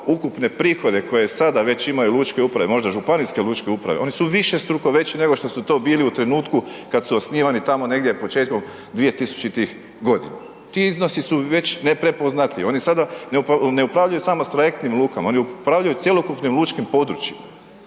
ukupne prihode koje sada već imaju lučke uprave, možda županijske lučke uprave, oni su višestruko veći nego što su to bili u trenutku kada su osnivani tamo negdje početkom 2000 godina. Ti iznosi su već neprepoznatljivi. Oni sada ne upravljaju samo s trajektnim lukama, oni upravljaju cjelokupnim lučkim područjima,